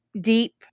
deep